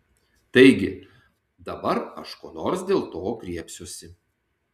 taigi dabar aš ko nors dėl to griebsiuosi